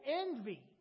envy